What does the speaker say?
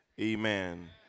Amen